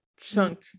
chunk